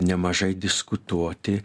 nemažai diskutuoti